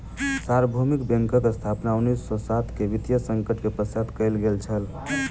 सार्वभौमिक बैंकक स्थापना उन्नीस सौ सात के वित्तीय संकट के पश्चात कयल गेल छल